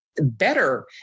better